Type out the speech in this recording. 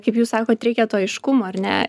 kaip jūs sakot reikia to aiškumo ar ne